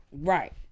Right